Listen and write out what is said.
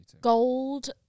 gold